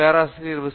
பேராசிரியர் பி